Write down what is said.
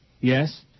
Yes